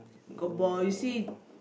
got ball you see